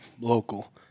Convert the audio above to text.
local